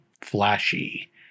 flashy